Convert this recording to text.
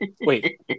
wait